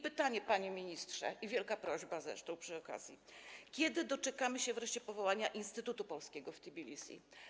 Pytanie, panie ministrze, i wielka prośba zresztą przy okazji: Kiedy doczekamy się wreszcie powołania instytutu polskiego w Tbilisi?